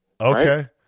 Okay